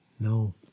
No